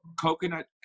coconut